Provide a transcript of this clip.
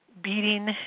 beating